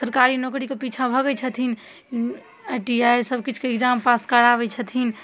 सरकारी नौकरीके पिछाँ भागै छथिन आइ टी आइ सब किछुके एक्जाम पास कराबै छथिन